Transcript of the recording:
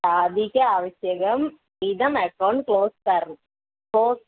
शादिक आवश्यकम् इदम् account close कर् क्लोस्